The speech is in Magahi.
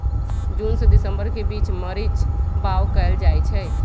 जून से दिसंबर के बीच मरीच बाओ कएल जाइछइ